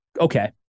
Okay